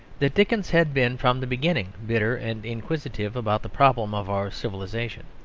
that dickens had been from the beginning bitter and inquisitive about the problem of our civilisation.